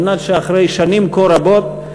על מנת שאחרי שנים כה רבות,